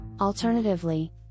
Alternatively